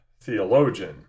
theologian